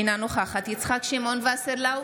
אינה נוכחת יצחק שמעון וסרלאוף,